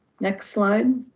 next slide.